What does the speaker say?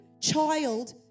child